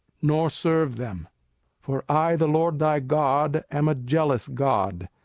nor serve them for i the lord thy god am a jealous god,